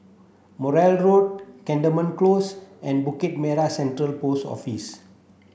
Morley Road Cantonment Close and Bukit Merah Central Post Office